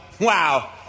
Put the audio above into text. wow